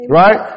right